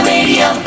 Radio